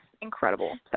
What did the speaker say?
incredible